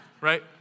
right